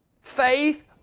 Faith